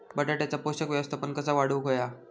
बटाट्याचा पोषक व्यवस्थापन कसा वाढवुक होया?